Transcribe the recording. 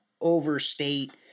overstate